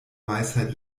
weisheit